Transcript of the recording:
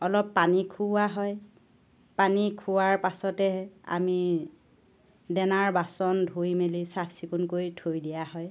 অলপ পানী খোওৱা হয় পানী খোৱাৰ পাছতে আমি দানাৰ বাচন ধুই মেলি চাফ চিকুণ কৰি থৈ দিয়া হয়